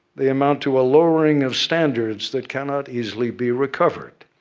they amount to a lowering of standards that cannot easily be recovered.